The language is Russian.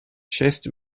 честь